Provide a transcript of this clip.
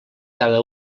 cada